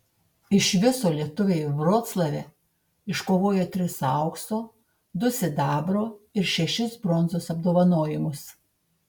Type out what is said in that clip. iš viso lietuviai vroclave iškovojo tris aukso du sidabro ir šešis bronzos apdovanojimus